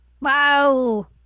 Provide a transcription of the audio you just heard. Wow